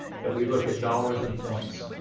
that we look at dollars and points.